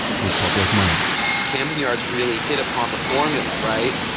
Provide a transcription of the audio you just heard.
with public money camden yards really hit upon the formula, right?